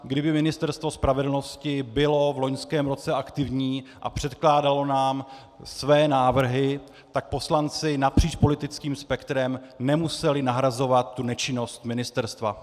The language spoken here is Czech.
Kdyby Ministerstvo spravedlnosti bylo v loňském roce aktivní a předkládalo nám své návrhy, tak poslanci napříč politickým spektrem nemuseli nahrazovat nečinnost ministerstva.